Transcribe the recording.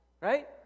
Right